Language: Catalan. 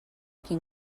quin